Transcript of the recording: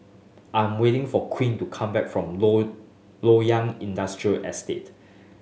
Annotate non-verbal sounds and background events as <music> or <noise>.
I'm waiting for Queen to come back from <unintelligible> Loyang Industrial Estate